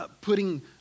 putting